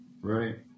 Right